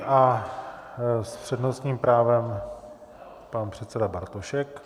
A s přednostním právem pan předseda Bartošek.